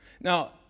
Now